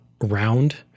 round